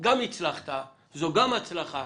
זו גם הצלחה,